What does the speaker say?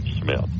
Smith